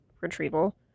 retrieval